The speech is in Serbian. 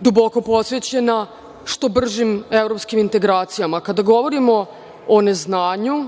duboko posvećena što bržim evropskim integracijama. Kada govorimo o neznanju,